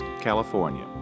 California